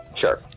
Sure